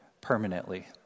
permanently